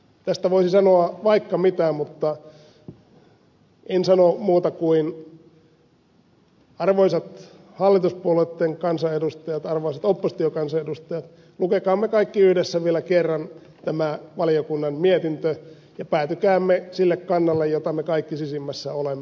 tästä voisi sanoa vaikka mitä mutta en sano muuta kuin että arvoisat hallituspuolueitten kansanedustajat arvoisat oppositiokansanedustajat lukekaamme kaikki yhdessä vielä kerran tämä valiokunnan mietintö ja päätykäämme sille kannalle jolla me kaikki sisimmässämme olemme